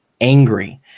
angry